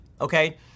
okay